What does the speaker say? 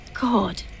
God